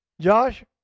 Josh